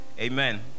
Amen